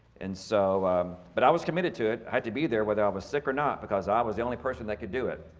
and so um but i was committed to it, i had to be there whether i was sick or not, because i was the only person that could do it.